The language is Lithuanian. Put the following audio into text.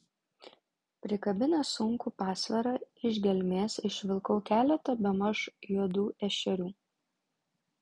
prikabinęs sunkų pasvarą iš gelmės išvilkau keletą bemaž juodų ešerių